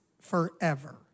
forever